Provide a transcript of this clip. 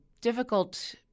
difficult